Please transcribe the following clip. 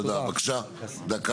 תודה, תודה בבקשה דקה.